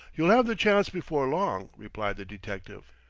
you'll have the chance before long, replied the detective.